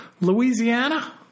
Louisiana